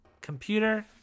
computer